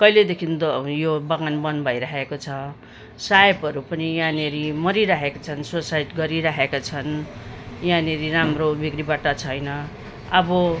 कहिलेदेखिन् यो बगान बन्द भइराखेको छ साहैबहरू पनि यहाँनिर मरिराखेको छन् सुसाइड गरिराखेका छन् यहाँनिर राम्रो बिक्रीबट्टा छैन अब